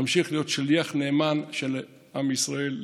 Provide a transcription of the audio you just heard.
להמשיך להיות שליח נאמן של עם ישראל,